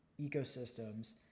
ecosystems